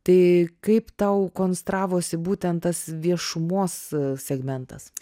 tai kaip tau konstravosi būtent tas viešumos segmentas